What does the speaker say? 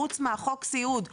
חוץ מחוק הסיעוד,